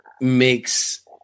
makes